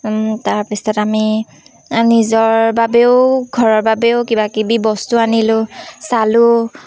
তাৰপিছত আমি নিজৰ বাবেও ঘৰৰ বাবেও কিবাকিবি বস্তু আনিলোঁ চালোঁ